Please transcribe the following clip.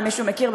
אם מישהו מכיר,